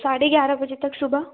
साढ़े ग्यारह बजे तक सुबह